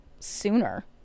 sooner